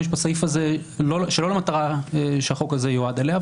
בסעיף הזה שלא למטרה שהחוק הזה יועד אליה,